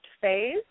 phase